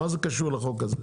מה זה קשור לחוק הזה?